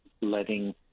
letting